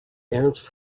ernst